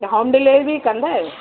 त home delivery कंदा आहियो